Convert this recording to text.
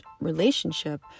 relationship